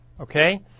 okay